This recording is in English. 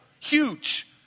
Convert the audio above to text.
Huge